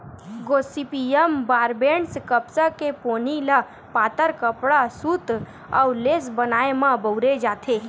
Gossypium barbadense कपसा के पोनी ल पातर कपड़ा, सूत अउ लेस बनाए म बउरे जाथे